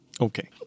Okay